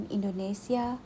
Indonesia